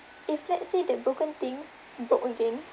if let's say that broken thing broke again